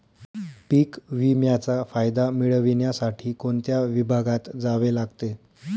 पीक विम्याचा फायदा मिळविण्यासाठी कोणत्या विभागात जावे लागते?